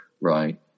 Right